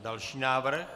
Další návrh.